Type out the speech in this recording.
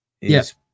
Yes